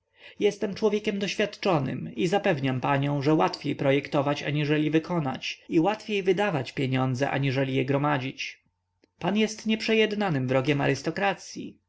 jestem człowiekiem doświadczonym i zapewniam panią ze łatwiej projektować aniżeli wykonywać i łatwiej wydawać pieniądze aniżeli je gromadzić pan jest nieprzejednanym wrogiem